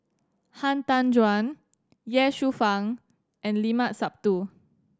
Han Tan Juan Ye Shufang and Limat Sabtu